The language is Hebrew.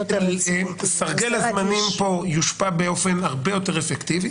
סרגל הזמנים פה יושפע באופן הרבה יותר אפקטיבי.